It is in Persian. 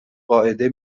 قاعده